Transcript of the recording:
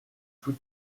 tout